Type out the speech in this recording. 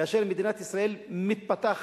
כאשר מדינת ישראל מתפתחת,